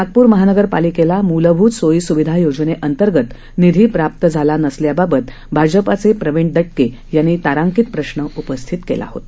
नागपूर महानगरपालिकेला मूलभूत सोयी सूविधा योजनेअंतर्गत निधी प्राप्त झाला नसल्याबाबत भाजपाचे प्रवीण दटके यांनी तारांकित प्रश्न उपस्थित केला होता